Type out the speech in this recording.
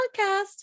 Podcast